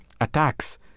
attacks